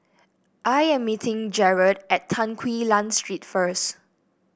I am meeting Gerhard at Tan Quee Lan Street first